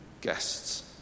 guests